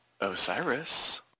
Osiris